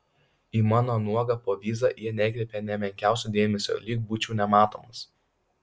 į mano nuogą povyzą jie nekreipė nė menkiausio dėmesio lyg būčiau nematomas